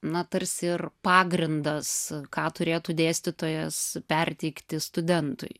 na tarsi ir pagrindas ką turėtų dėstytojas perteikti studentui